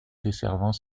desservant